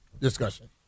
discussion